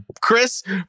Chris